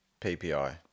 PPI